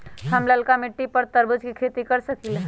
हम लालका मिट्टी पर तरबूज के खेती कर सकीले?